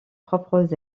propres